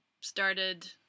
started